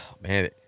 Man